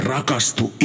Rakastu